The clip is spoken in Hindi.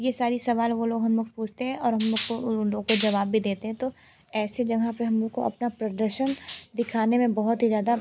ये सारे सवाल वो लोग हम लोग से पूछते हैं और हम लोग को उन लोग को जवाब भी देते हैं तो ऐसी जगँह पर हम लोग को अपना प्रदर्शन दिखाने में बहुत ही ज़्यादा